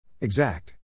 Exact